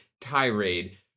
tirade